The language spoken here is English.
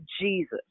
Jesus